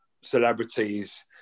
celebrities